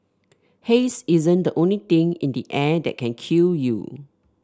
haze isn't the only thing in the air that can kill you